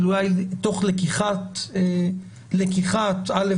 אז "תוך לקיחת א',